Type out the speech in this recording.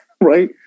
right